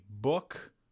book